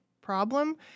problem